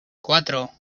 cuatro